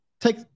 take